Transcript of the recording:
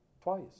twice